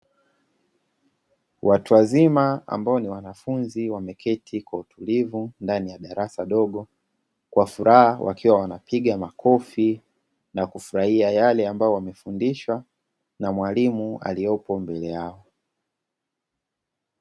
Watu wazima ambao ni wanafunzi wameketi kwa utulivu ndani ya darasa dogo, kwa furaha wakiwa wanapiga makofi na kufurahia yale ambayo wamefundishwa na mwalimu aliyopo mbele yao.